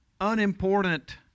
unimportant